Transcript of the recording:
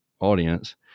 audience